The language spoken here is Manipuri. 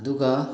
ꯑꯗꯨꯒ